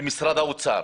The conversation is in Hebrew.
במשרד האוצר,